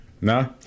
No